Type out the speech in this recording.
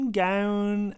gown